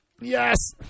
Yes